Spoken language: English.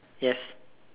yes